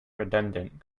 redundant